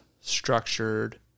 structured